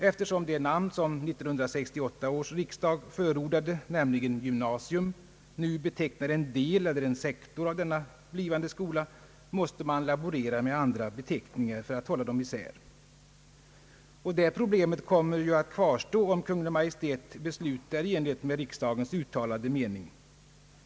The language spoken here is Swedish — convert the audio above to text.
Eftersom det namn som 1968 års riksdag förordade, nämligen gymnasium, nu betecknar en del eller en sektor av den blivande skolan, måste man laborera med andra beteckningar för att hålla isär begreppen. Det problemet kommer ju att kvarstå, om Kungl. Maj:t fattar beslut i enlighet med riksdagens uttalade mening.